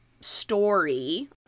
story